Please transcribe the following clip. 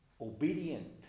obedient